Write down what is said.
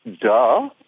Duh